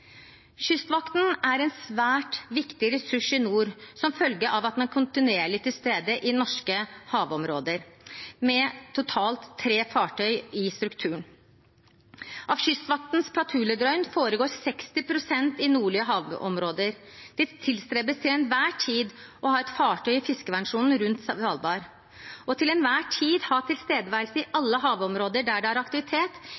Kystvakten er en svært viktig ressurs i nord som følge av at den er kontinuerlig til stede i norske havområder, med totalt tre fartøy i strukturen. Av Kystvaktens patruljedøgn foregår 60 pst. i nordlige havområder. Det tilstrebes til enhver tid å ha et fartøy i fiskevernsonen rundt Svalbard. Til enhver tid å ha tilstedeværelse i